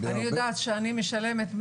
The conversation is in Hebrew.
אני יודעת שאני משלמת,